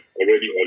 already